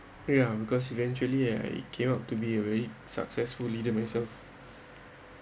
ya because eventually I came out to be a very successful leader myself